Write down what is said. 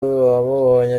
wamubonye